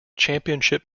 championship